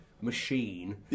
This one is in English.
machine